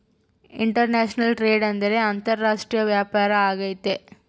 international trade ಅಂದ್ರೆ ಅಂತಾರಾಷ್ಟ್ರೀಯ ವ್ಯಾಪಾರ ಆಗೈತೆ